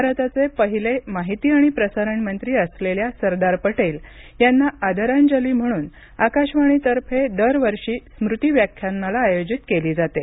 भारताचे पहिले माहिती आणि प्रसारण मंत्री असलेल्या सरदार पटेल यांना आदरांजली म्हणून आकाशबाणीतर्फे दरवर्षी स्मृती व्याख्यानमाला आयोजित केली जाते